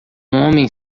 homem